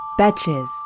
Betches